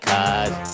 Cause